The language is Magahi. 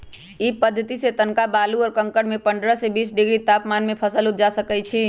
इ पद्धतिसे तनका बालू आ कंकरमें पंडह से बीस डिग्री तापमान में फसल उपजा सकइछि